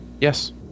yes